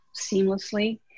seamlessly